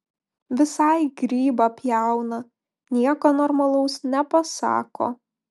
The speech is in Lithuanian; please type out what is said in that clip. visai grybą pjauna nieko normalaus nepasako